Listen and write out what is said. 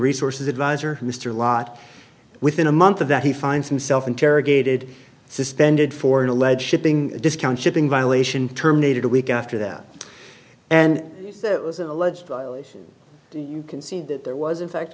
resources advisor mr lott within a month of that he finds himself interrogated suspended for an alleged shipping discount shipping violation terminated a week after that and alleged concede that there was in fact